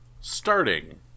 starting